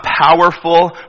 powerful